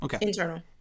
Internal